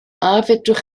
fedrwch